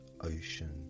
ocean